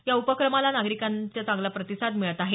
या उपक्रमाला नागरिकांना चांगला प्रतिसाद मिळत आहे